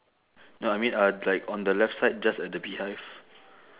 no I mean uh like on the left side just at the beehive